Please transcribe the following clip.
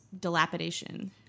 dilapidation